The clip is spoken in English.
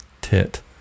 tit